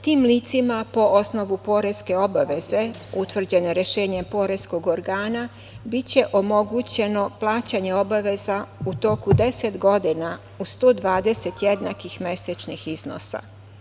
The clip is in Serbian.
Tim licima po osnovu poreske obaveze utvrđeno rešenje poreskog organa biće omogućeno plaćanjem obaveza u toku 10 godina u 120 jednakih mesečnih iznosa.